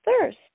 thirst